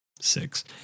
six